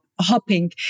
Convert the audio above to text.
hopping